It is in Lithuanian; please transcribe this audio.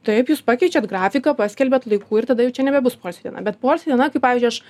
taip jūs pakeičiat grafiką paskelbiat laiku ir tada jau čia nebebus poilsio diena bet poilsio diena kaip pavyzdžiui aš